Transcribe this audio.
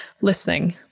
listening